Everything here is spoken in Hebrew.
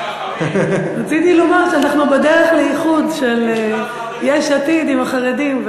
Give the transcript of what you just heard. רציתי לומר שאנחנו בדרך לאיחוד של יש עתיד עם החרדים,